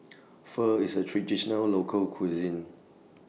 Pho IS A Traditional Local Cuisine